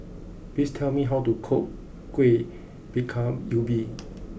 please tell me how to cook Kuih Bingka Ubi